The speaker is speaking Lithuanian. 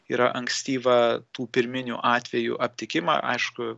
yra ankstyvą tų pirminių atvejų aptikimą aišku